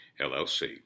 LLC